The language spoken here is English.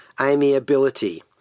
amiability